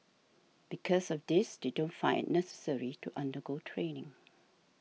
because of this they don't find it necessary to undergo training